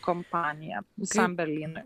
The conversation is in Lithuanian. kompanija visam berlynui